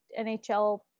NHL